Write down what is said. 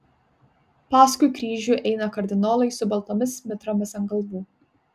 paskui kryžių eina kardinolai su baltomis mitromis ant galvų